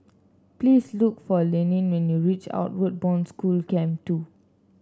please look for Lennie when you reach Outward Bound School Camp Two